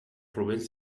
rovells